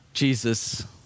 Jesus